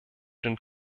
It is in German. den